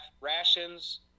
rations